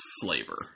flavor